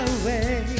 away